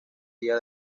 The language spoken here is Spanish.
día